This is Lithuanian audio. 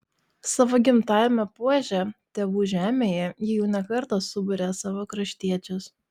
savo gimtajame puože tėvų žemėje ji jau ne kartą suburia savo kraštiečius